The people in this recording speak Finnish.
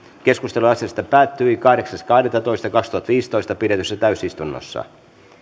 keskustelu asiasta päättyi kahdeksas kahdettatoista kaksituhattaviisitoista pidetyssä täysistunnossa